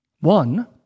One